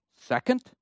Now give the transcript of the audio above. Second